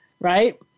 Right